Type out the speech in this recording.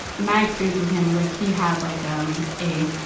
my experience with him was like he had like, um, a,